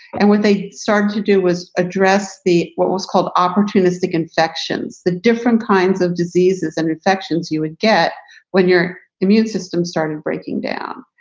and when they start to do was address the what was called opportunistic infections, the different kinds of diseases and infections you would get when your immune system started breaking down.